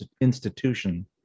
institution